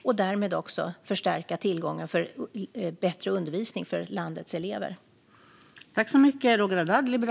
Därmed hoppas jag också att vi kan förstärka tillgången till bättre undervisning för landets elever.